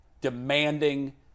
demanding